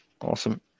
awesome